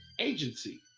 agency